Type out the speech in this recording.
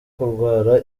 kurwara